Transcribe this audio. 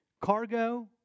cargo